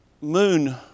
moon